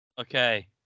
Okay